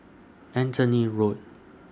Anthony Road